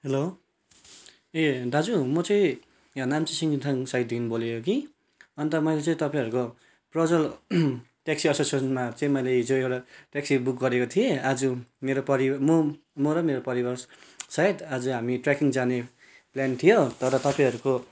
hello ए दाजु म चाहिँ यहाँ नाम्ची सिङ्गीथान साइटदेखि बोलेको कि अन्त मैले चाहिँ तपाईँहरूको प्रज्ज्वल ट्याक्सी एसोसिएसनमा चाहिँ मैले हिजो एउटा ट्याक्सी बुक गरेको थिएँ आज मेरो परि म म र मेरो परिवार सहित आज हामी ट्रेकिङ जाने प्लान थियो तर तपाईँहरूको